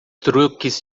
truques